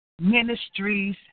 ministries